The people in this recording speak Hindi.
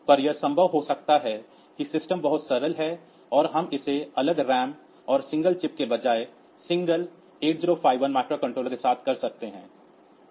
तो यह संभव हो सकता है कि सिस्टम बहुत सरल है और हम इसे अलग रैम और सिंगल चिप्स के बजाय सिंगल 851 माइक्रो कंट्रोलर के साथ कर सकते हैं